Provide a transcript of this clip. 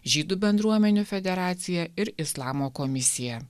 žydų bendruomenių federacija ir islamo komisija